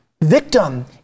victim